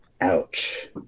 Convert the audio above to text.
Ouch